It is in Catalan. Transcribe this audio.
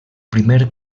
primer